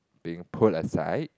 being put aside